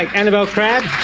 annabel crabb,